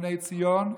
בני ציון,